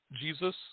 Jesus